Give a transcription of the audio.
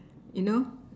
you know